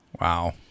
Wow